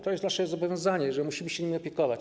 To jest nasze zobowiązanie: musimy się nimi opiekować.